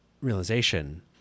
realization